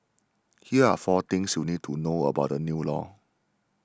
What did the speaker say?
here are four things you need to know about the new law